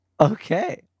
okay